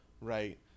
right